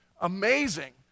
amazing